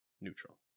neutral